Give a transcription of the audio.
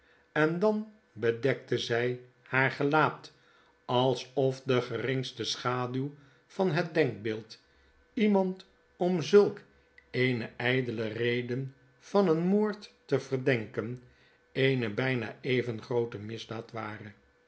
en dan bedekte zij kiaar gelaat alsof de geringste schaduw van het denkbeeld iemand om zulk eene ijdele reden van een moord te verdenken eene bijna even groote misdaad ware